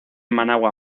managua